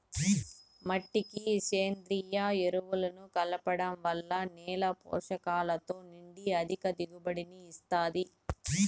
మట్టికి సేంద్రీయ ఎరువులను కలపడం వల్ల నేల పోషకాలతో నిండి అధిక దిగుబడిని ఇస్తాది